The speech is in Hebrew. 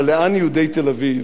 אבל לאן יהודי תל-אביב